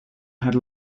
had